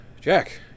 Jack